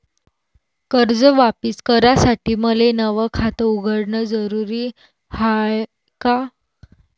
कर्ज वापिस करासाठी मले नव खात उघडन जरुरी हाय का?